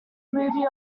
movie